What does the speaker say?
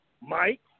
Mike